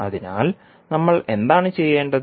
അതിനാൽ നമ്മൾ എന്താണ് ചെയ്യേണ്ടത്